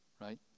right